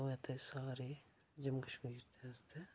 ओह् ऐ ते सारे जम्मू कश्मीर दे आस्तै